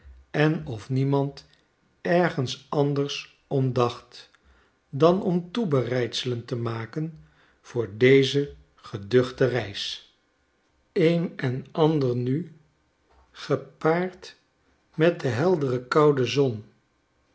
en of niemand ergens anders om dacht dan om toebereidselen te maken voor deze geduchte reis een en ander nu gepaard met de heldere koude zon